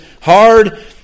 hard